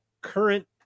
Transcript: current